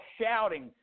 shouting